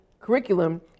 curriculum